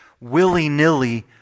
willy-nilly